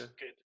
good